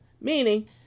Meaning